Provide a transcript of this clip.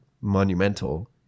monumental